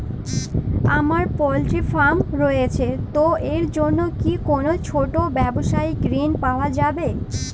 আমার poultry farm রয়েছে তো এর জন্য কি কোনো ছোটো ব্যাবসায়িক ঋণ পাওয়া যাবে?